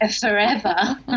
forever